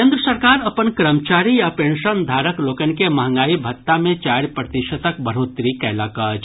केन्द्र सरकार अपन कर्मचारी आ पेंशनधारक लोकनि के महंगाई भत्ता मे चारि प्रतिशतक बढ़ोतरी कयलक अछि